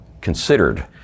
considered